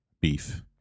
beef